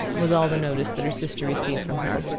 was all the notice that her sister received from her.